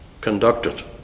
conducted